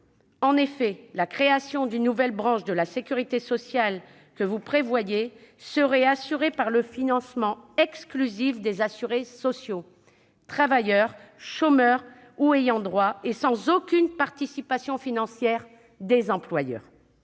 En effet, la création de la nouvelle branche de la sécurité sociale que vous prévoyez serait assurée par le financement exclusif des assurés sociaux- travailleurs, chômeurs ou ayants droit -, sans aucune participation financière des employeurs.